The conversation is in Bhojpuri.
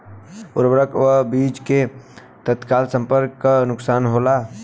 उर्वरक अ बीज के तत्काल संपर्क से का नुकसान होला?